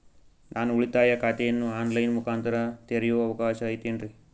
ನಾನು ಉಳಿತಾಯ ಖಾತೆಯನ್ನು ಆನ್ ಲೈನ್ ಮುಖಾಂತರ ತೆರಿಯೋ ಅವಕಾಶ ಐತೇನ್ರಿ?